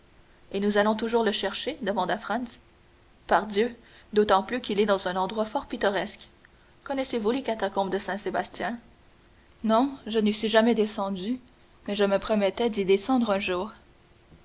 et nous allons toujours le chercher demanda franz pardieu d'autant plus qu'il est dans un endroit fort pittoresque connaissez-vous les catacombes de saint sébastien non je n'y suis jamais descendu mais je me promettais d'y descendre un jour